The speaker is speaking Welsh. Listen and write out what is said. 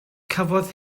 cafodd